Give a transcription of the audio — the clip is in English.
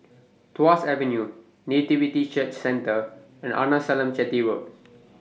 Tuas Avenue Nativity Church Centre and Arnasalam Chetty Road